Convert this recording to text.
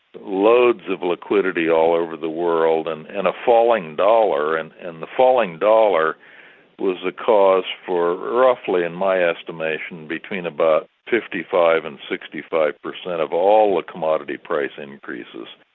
loads of liquidity all over the world and and a falling dollar, and and the falling dollar was the cause for roughly, in my estimation, between about fifty five and sixty five per cent of all the ah commodity price increases.